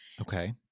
Okay